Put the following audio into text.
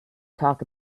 talk